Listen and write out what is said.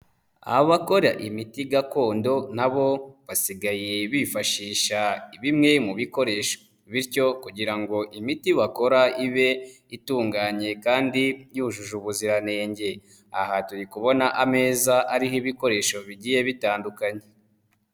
Abakora imiti gakondo nabo, basigaye bifashisha bimwe mu bikoresho. Bityo kugira ngo imiti bakora ibe itunganye kandi yujuje ubuziranenge. Aha turi kubona ameza ariho ibikoresho bigiye bitandukanye.